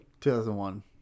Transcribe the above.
2001